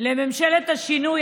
לממשלת השינוי,